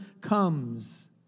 comes